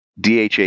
DHA